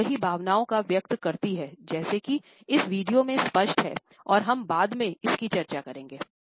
यह कई भावनाओं को व्यक्त करती है जैसा कि इस वीडियो में स्पष्ट है और हम बाद में इसकी चर्चा करेंगे